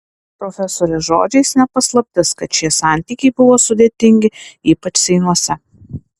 profesorės žodžiais ne paslaptis kad šie santykiai buvo sudėtingi ypač seinuose